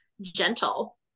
gentle